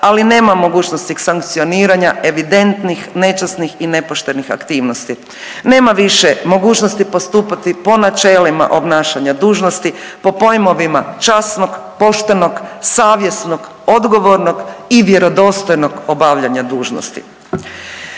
ali nema mogućnosti sankcioniranja evidentnih, nečasnih i nepoštenih aktivnosti, nema više mogućnosti postupati po načelima obnašanja dužnosti, po pojmovima časnog, poštenog, savjesnog, odgovornog i vjerodostojnog obavljanja dužnosti.